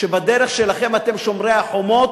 שבדרך שלכם אתם שומרי החומות,